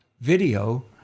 video